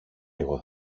εγώ